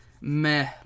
meh